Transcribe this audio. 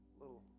little